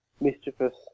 mischievous